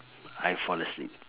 I fall asleep